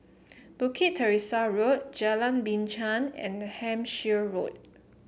Bukit Teresa Road Jalan Binchang and Hampshire Road